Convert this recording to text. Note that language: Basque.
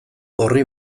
orri